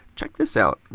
check this out.